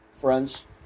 friends